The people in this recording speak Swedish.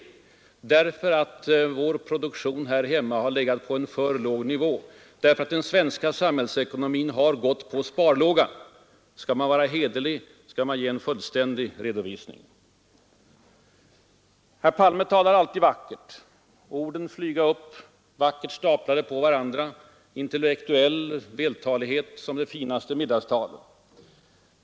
Jo, därför att vår produktion här hemma har legat på en låg nivå, därför att den svenska samhällsekonomin har gått på sparlåga. Skall man vara hederlig, skall man ge en fullständig redovisning. Herr Palme talar alltid vackert; upp flyger orden, vackert staplade på varandra — intellektuell vältalighet — det finaste middagstal.